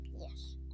Yes